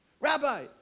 Rabbi